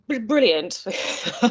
brilliant